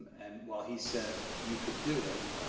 and while he said you could do it,